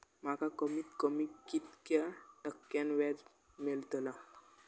माका कमीत कमी कितक्या टक्क्यान व्याज मेलतला?